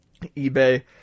eBay